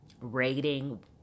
rating